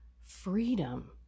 freedom